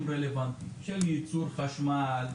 כוונתי למשאבים של ייצור חשמל,